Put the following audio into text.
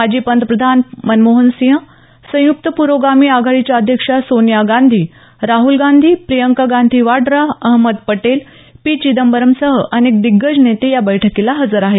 माजी पंतप्रधान मनमोहन सिंग संयुक्त पुरोगामी आघाडीच्या अध्यक्षा सोनिया गांधी राहूल गांधी प्रियंका गांधी वाड्रा अहमद पटेल पी चिदंबरमसह अनेक दिग्गज नेते या बैठकीला हजर आहेत